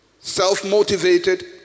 self-motivated